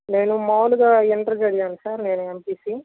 నేను మామూలుగా ఇంటర్ చదివాను సార్ నేను ఎంపిసి